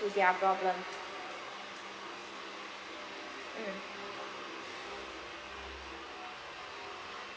to their problem mm